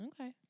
Okay